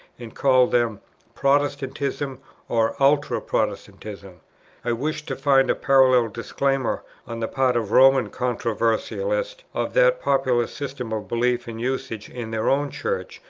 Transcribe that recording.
and called them protestantism or ultra-protestantism i wished to find a parallel disclaimer, on the part of roman controversialists, of that popular system of beliefs and usages in their own church,